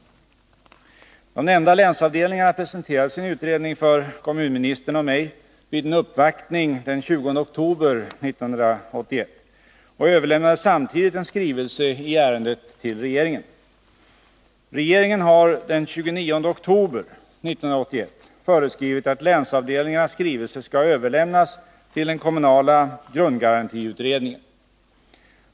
De nämnda länsavdelningarna presenterade sin utredning för kommunministern och mig vid en uppvaktning den 20 oktober 1981 och överlämnade samtidigt en skrivelse i ärendet till regeringen. Regeringen har den 29 oktober 1981 föreskrivit att länsavdelningarnas skrivelse skall överlämnas till den kommunala grundgarantiutredningen.